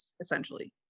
essentially